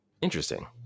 interesting